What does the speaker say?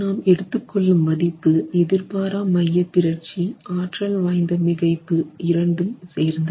நாம் எடுத்துக் கொள்ளும் மதிப்பு எதிர்பாரா மையப்பிறழ்ச்சி ஆற்றல் வாய்ந்த மிகைப்பு இரண்டும் சேர்ந்தது